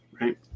Right